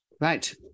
Right